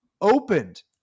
opened